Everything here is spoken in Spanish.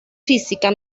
física